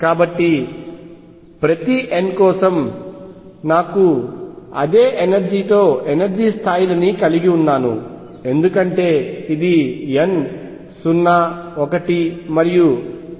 కాబట్టి ప్రతి n కోసం నాకు అదే ఎనర్జీ తో ఎనర్జీ స్థాయిలను కలిగి ఉన్నాను ఎందుకంటే ఇది n 0 1